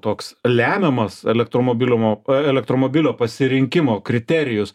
toks lemiamas elektromobiliumo elektromobilio pasirinkimo kriterijus